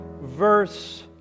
verse